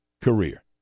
career